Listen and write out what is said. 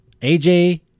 AJ